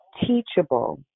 teachable